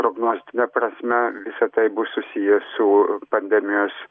prognostine prasme visa tai bus susiję su pandemijos